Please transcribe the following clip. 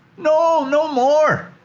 no! no more.